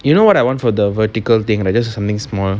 you know what I want for the vertical thing right just something small